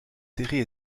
série